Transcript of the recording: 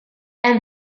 and